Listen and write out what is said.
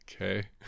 okay